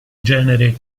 genere